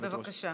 בבקשה.